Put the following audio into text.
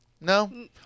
No